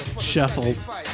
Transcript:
shuffles